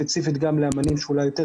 ספציפית גם לאומנים שהם אולי יותר